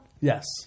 Yes